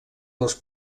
les